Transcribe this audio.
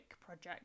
project